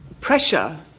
pressure